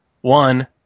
One